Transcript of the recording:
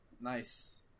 Nice